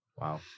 Wow